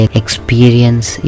experience